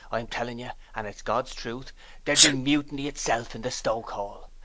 i'm telling you and it's god's truth there'd been mutiny itself in the stokehole.